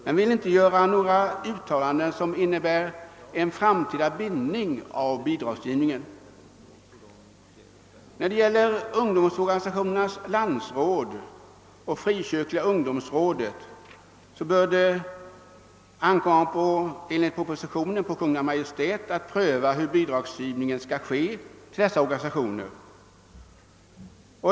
Men vi vill inte göra några uttalanden som innebär en framtida bindning av bidragsgivningen. När det gäller Sveriges ungdomsorganisationers landsråd och Frikyrkliga ungdomsrådet bör det enligt propositionen ankomma på Kungl. Maj:t att pröva hur bidragsgivningen skall ske.